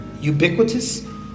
ubiquitous